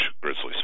Grizzlies